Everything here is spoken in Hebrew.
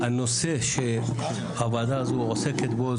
הנושא שהוועדה הזו עוסקת בו,